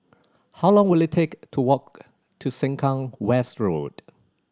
how long will it take to walk to Sengkang West Road